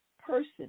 person